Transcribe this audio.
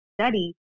study